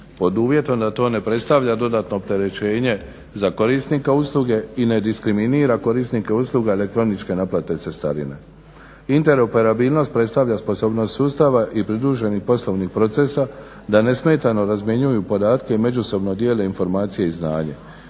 pod uvjetom da to ne predstavlja dodatno opterećenje za korisnika usluge i ne diskriminira korisnike usluga elektroničke naplate cestarine. Interoperabilnost predstavlja sposobnost sustava i pridruženih poslovnih procesa da nesmetano razmjenjuju podatke i međusobno dijele informacije i znanje.